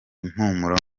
impumuro